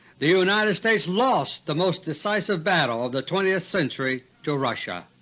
the united states lost the most decisive battle of the twentieth century to russia.